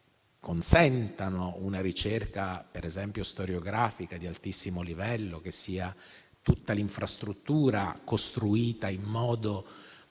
che consentano una ricerca per esempio storiografica di altissimo livello; che tutta l'infrastruttura sia costruita in modo